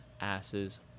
asses